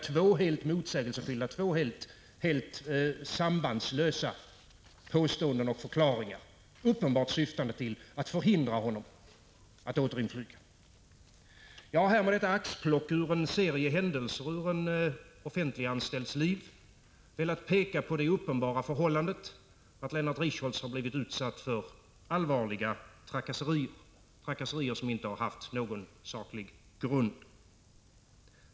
Alltså två helt sambandslösa påståenden och förklaringar, uppenbart syftande till att hindra honom att återinflyga. Jag har med detta axplock ur en serie händelser i en offentliganställds liv velat peka på det uppenbara förhållandet att Lennart Richholtz har blivit utsatt för allvarliga trakasserier, som inte har haft någon saklig grund.